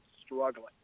struggling